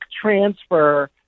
transfer